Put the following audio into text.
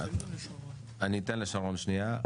אני אתן לשרון, שניה.